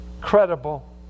Credible